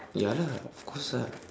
ya lah of course ah